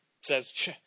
says